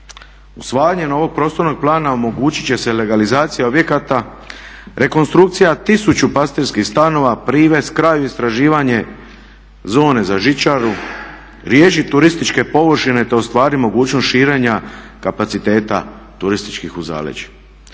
Usvajanjem ovog prostornog plana omogućit će se legalizacija objekata, rekonstrukcija tisuću pastirskih stanova, privest kraju istraživanje zone za žičaru, riješiti turističke površine te ostvariti mogućnost širenja kapaciteta turističkih u zaleđu.